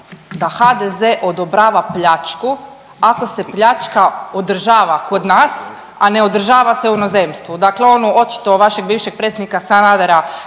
da HDZ odobrava pljačku. Ako se pljačka održava kod nas, a ne održava se u inozemstvu. Dakle, onu očito vašeg bivšeg predsjednika Sanadera